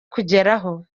kugeraho